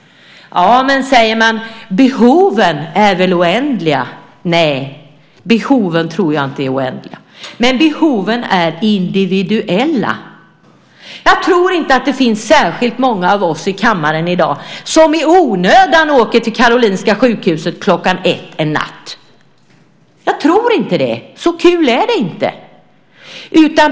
Men då säger man att behoven är oändliga. Nej, behoven är inte oändliga, men behoven är individuella. Jag tror inte att det är särskilt många av oss i kammaren i dag som i onödan åker till Karolinska sjukhuset klockan ett en natt. Jag tror inte det. Så kul är det inte!